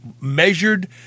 measured